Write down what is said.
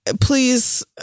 please